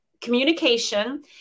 communication